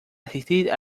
asistir